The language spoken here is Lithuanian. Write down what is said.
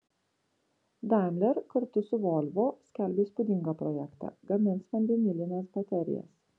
daimler kartu su volvo skelbia įspūdingą projektą gamins vandenilines baterijas